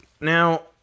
Now